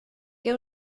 què